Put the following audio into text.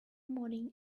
morning